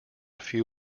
few